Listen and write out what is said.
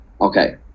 okay